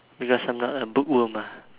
because I'm not a bookworm ah